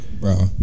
bro